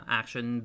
action